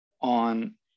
on